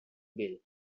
bill